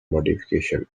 modification